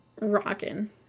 rocking